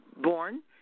born